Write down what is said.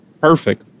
perfect